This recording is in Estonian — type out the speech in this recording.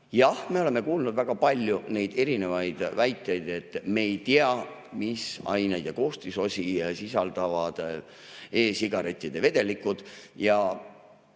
Jah, me oleme kuulnud väga palju väiteid, et me ei tea, mis aineid ja koostisosi sisaldavad e-sigarettide vedelikud, ja